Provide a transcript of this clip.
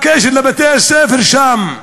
בתי-הספר שם,